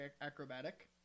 acrobatic